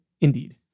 Indeed